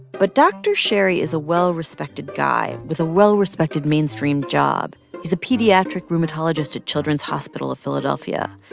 but dr. sherry is a well-respected guy with a well-respected mainstream job. he's a pediatric rheumatologist at children's hospital of philadelphia.